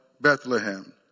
Bethlehem